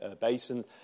Basin